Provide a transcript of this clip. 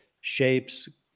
shapes